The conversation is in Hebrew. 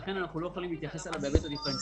לכן אנחנו לא יכולים להתייחס אליו בהיבט הדיפרנציאלי.